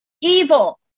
evil